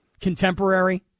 contemporary